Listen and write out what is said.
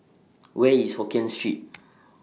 Where IS Hokien Street